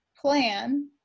plan